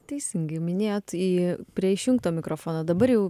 teisingai minėjot į prie išjungto mikrofono dabar jau